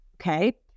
okay